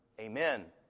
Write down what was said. Amen